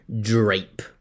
drape